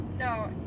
No